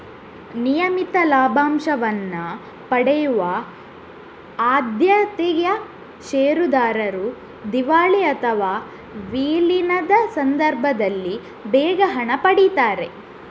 ನಿಯಮಿತ ಲಾಭಾಂಶವನ್ನ ಪಡೆಯುವ ಆದ್ಯತೆಯ ಷೇರುದಾರರು ದಿವಾಳಿ ಅಥವಾ ವಿಲೀನದ ಸಂದರ್ಭದಲ್ಲಿ ಬೇಗ ಹಣ ಪಡೀತಾರೆ